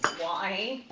why?